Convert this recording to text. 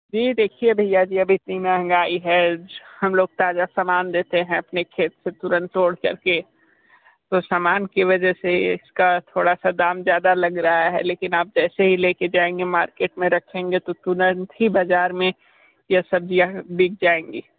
जी देखिए भैया जी अब इतनी महंगाई है हम लोग ताज़ा सामान देते हैं अपने खेत से तुरंत तोड़ कर के तो सामान की वजह से इसका थोड़ा सा दाम ज़्यादा लग रहा है लेकिन आप जैसे ही लेके जाएंगे मार्केट में रखेंगे तो तुरंत ही बाज़ार में यह सब्ज़ियाँ बिक जाएंगी